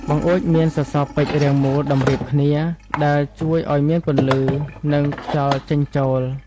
បង្អួចមានសសរពេជ្ររាងមូលតម្រៀបគ្នា ដែលជួយឱ្យមានពន្លឺ និងខ្យល់ចេញចូល។